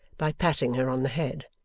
by patting her on the head.